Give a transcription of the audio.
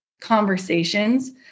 conversations